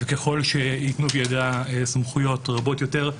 וככל שייתנו בידה סמכויות רבות יותר,